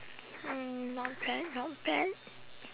mm not bad not bad